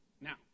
Now